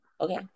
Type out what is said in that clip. Okay